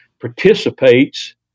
participates